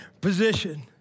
position